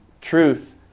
truth